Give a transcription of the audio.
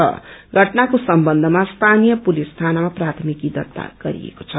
षटनाको सम्बन्धमा स्थानीय पुलिस थानामा प्राथमिकी दर्ता गरिएको छ